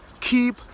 Keep